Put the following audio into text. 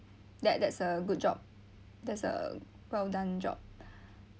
that that's a good job that's a well done job